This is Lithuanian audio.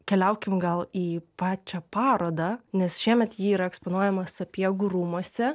keliaukim gal į pačią parodą nes šiemet ji yra eksponuojama sapiegų rūmuose